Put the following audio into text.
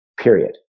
period